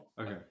Okay